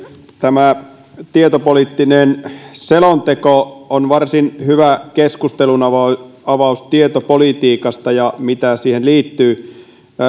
tämä tietopoliittinen selonteko on varsin hyvä keskustelunavaus tietopolitiikasta ja siitä mitä siihen liittyy